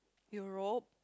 Europe